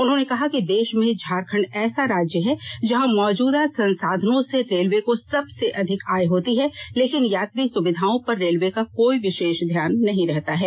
उन्होंने कहा कि देश में झारखंड ऐसा राज्य है जहां मौजूदा संसाधनों से रेलवे को सबसे अधिक आय होती है लेकिन यात्री सुविधाओं पर रेलवे का कोई विशेष ध्यान नहीं रहता है